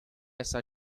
essa